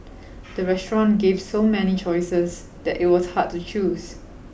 the restaurant gave so many choices that it was hard to choose